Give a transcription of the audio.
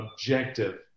objective